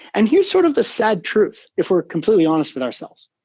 and here's sort of the sad truth if we're completely honest with ourselves.